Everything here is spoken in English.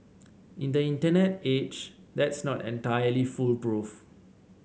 in the Internet age that's not entirely foolproof